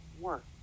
work